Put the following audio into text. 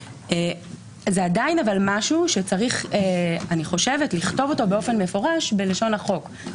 אבל זה עדיין משהו שצריך אני חושבת לכתוב אופן מפורש בלשון החוק.